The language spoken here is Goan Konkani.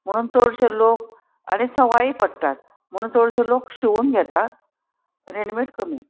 म्हणून चडशे लोक आनी सवाय पडटात म्हणून चडशे लोक शिंवून घेतात रेडिमेड कमी